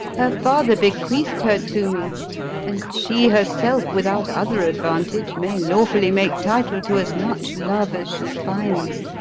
her father bequeath'd her to me and she herself, without other advantage, may lawfully make title to as much love as she finds.